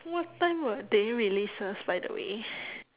what time will they release us by the way